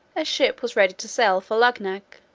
a ship was ready to sail for luggnagg.